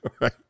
right